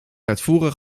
uitvoerig